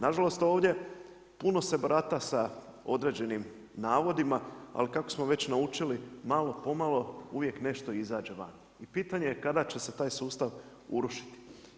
Nažalost ovdje puno se barata sa određenim navodima ali kako smo već naučili, malo pomalo uvijek nešto izađe van i pitanje kada će se taj sustav urušiti.